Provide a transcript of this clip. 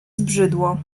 zbrzydło